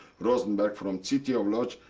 rosenberg from city of lodz,